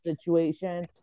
situation